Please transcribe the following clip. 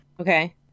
okay